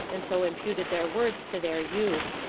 and so imputed their words to their youth.